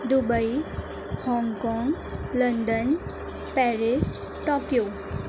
Dubai Hong Kong London Paris Tokyo